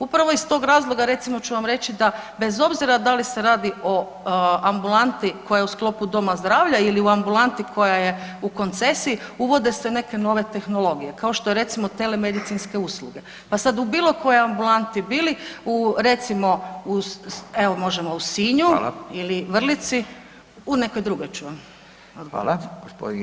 Upravo iz toga razloga recimo ću vam reći da bez obzira da li se rado i ambulanti koja je u sklopu doma zdravlja ili u ambulanti koja je u koncesiji, uvode se neke nove tehnologije, kao što je recimo telemedicinske usluge, p sad u bilokojoj ambulanti bili, recimo evo možemo u Sinju, [[Upadica Radin: Hvala.]] ili Vrlici, u nekoj drugoj ću vam odgovoriti.